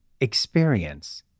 experience